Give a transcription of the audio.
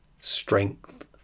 strength